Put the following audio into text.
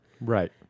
right